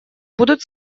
будут